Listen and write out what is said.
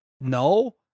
No